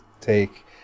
take